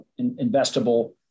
investable